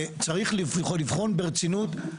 וצריך לבחון ברצינות,